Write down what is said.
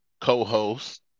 co-host